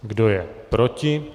Kdo je proti?